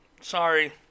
Sorry